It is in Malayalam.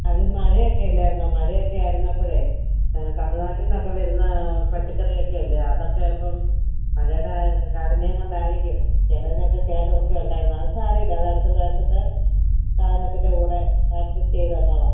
അത് മഴയൊക്കെ അല്ലായിരുന്നോ മഴയൊക്കെ ആയിരുന്നപ്പോഴേ ആ തമിഴ്നാട്ടിൽ നിന്നൊക്കെ വരുന്ന പച്ചക്കറിയൊക്കെയല്ലേ അതൊക്കെ അപ്പം മഴയുടെ കാഠിന്യം കൊണ്ടായിരിക്കും ചിലതിനൊക്കെ കേടൊക്കെ ഉണ്ടായിരുന്നു അത് സാരമില്ല അത് അടുത്ത പ്രാവശ്യത്തെ സാധനത്തിൻ്റെ കൂടെ അഡ്ജസ്റ്റ് ചെയ്തു തന്നോളാം